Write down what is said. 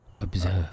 Observe